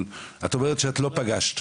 יעל את אומרת שאת לא פגשת.